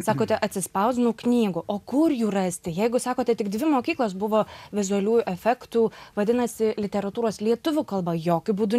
sakote atsispausdinau knygų o kur jų rasti jeigu sakote tik dvi mokyklos buvo vizualių efektų vadinasi literatūros lietuvių kalba jokiu būdu